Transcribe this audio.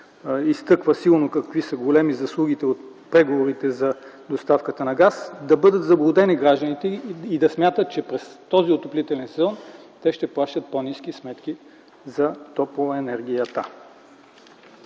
изтъква силно колко големи са заслугите от преговорите за доставката на газ, да бъдат заблудени гражданите и да смятат, че през този отоплителен сезон те ще плащат по-ниски сметки за топлоенергията?